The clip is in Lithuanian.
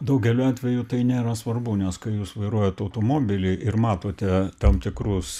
daugeliu atvejų tai nėra svarbu nes kai jūs vairuojat automobilį ir matote tam tikrus